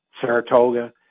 Saratoga